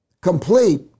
complete